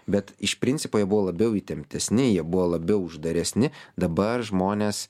bet iš principo jie buvo labiau įtemptesni jie buvo labiau uždaresni dabar žmonės